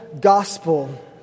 gospel